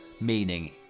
meaning